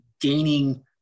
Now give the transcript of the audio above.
gaining